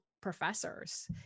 professors